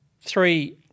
three